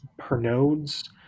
Pernodes